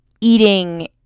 eating